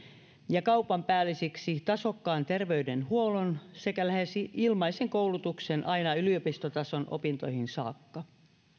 ja kaupanpäällisiksi tasokkaan terveydenhuollon sekä lähes ilmaisen koulutuksen aina yliopistotason opintoihin saakka